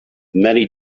many